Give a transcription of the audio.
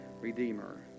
redeemer